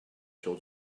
sur